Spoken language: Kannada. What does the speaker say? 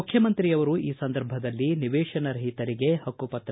ಮುಖ್ಯಮಂತ್ರಿ ಅವರು ಈ ಸಂದರ್ಭದಲ್ಲಿ ನಿವೇಶನ ರಹಿತರಿಗೆ ಪಕ್ಕುಪತ್ರ